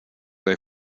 they